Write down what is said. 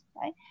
right